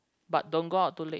but don't go out too late